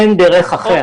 אין דרך אחרת.